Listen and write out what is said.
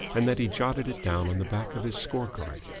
and that he jotted it down on the back of his score-card.